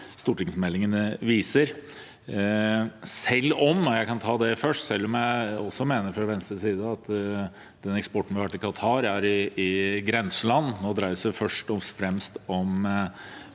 stortingsmeldingen viser, selv om jeg fra Venstres side mener at eksporten vi har til Qatar, er i grenseland. Nå dreier det seg først og fremst om